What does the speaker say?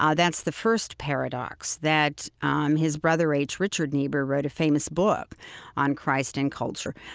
ah that's the first paradox that um his brother h. richard niebuhr wrote a famous book on, christ and culture.